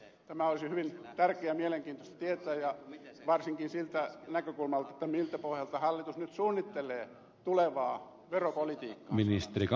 tämä olisi hyvin tärkeää ja mielenkiintoista tietää varsinkin siltä näkökulmalta miltä pohjalta hallitus nyt suunnittelee tulevaa veropolitiikkaansa